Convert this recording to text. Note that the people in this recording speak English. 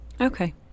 Okay